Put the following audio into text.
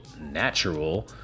natural